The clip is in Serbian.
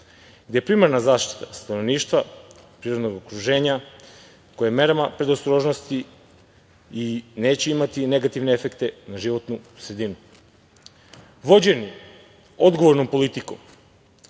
gde je primarna zaštita stanovništva, prirodnog okruženja koje merama predostrožnosti neće imati negativne efekte na životnu sredinu. Vođeni odgovornom politikom